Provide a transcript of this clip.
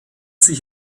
sich